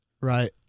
Right